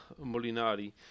Molinari